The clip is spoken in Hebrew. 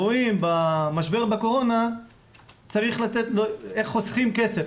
רואים במשבר בקורונה איך חוסכים כסף,